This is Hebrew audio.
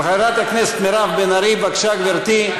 חברת הכנסת מירב בן ארי, בבקשה, גברתי.